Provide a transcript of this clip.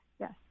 Yes